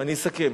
אני אסכם.